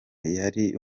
yari